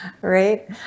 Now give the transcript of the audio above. right